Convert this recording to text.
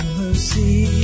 mercy